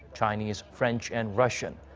chinese, french and russian.